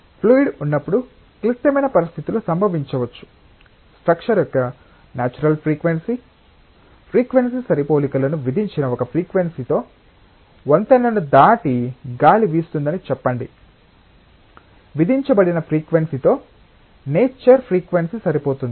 fluid ఉన్నప్పుడు క్లిష్టమైన పరిస్థితులు సంభవించవచ్చు స్ట్రక్చర్ యొక్క న్యాచురల్ ఫ్రీక్వెన్సీ ఫ్రీక్వెన్సీ సరిపోలికలను విధించిన ఒక ఫ్రీక్వెన్సీతో వంతెనను దాటి గాలి వీస్తుందని చెప్పండి విధించబడిన ఫ్రీక్వెన్సీ తో నేచర్ ఫ్రీక్వెన్సీ సరిపోతుంది